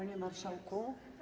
Panie Marszałku!